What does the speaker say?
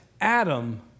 adam